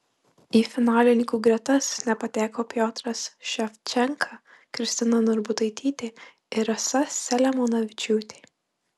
į finalininkų gretas nepateko piotras ševčenka kristina narbutaitytė ir rasa selemonavičiūtė